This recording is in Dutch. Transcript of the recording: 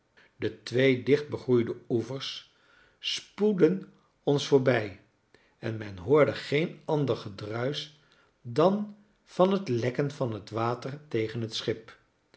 de twee dichtbegroeide oevers spoedden ons voorbij en men hoorde geen ander gedruisch dan van het lekken van het water tegen het schip